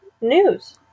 news